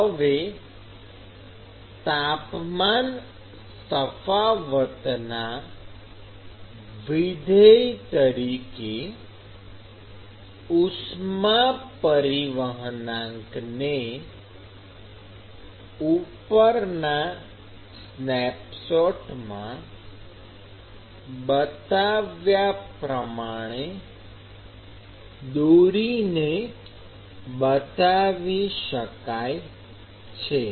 હવે તાપમાન તફાવતના વિધેય તરીકે ઉષ્મા પરિવહનાંકને ઉપરના સ્નેપશોટમાં બતાવ્યા પ્રમાણે દોરીને બતાવી શકાય છે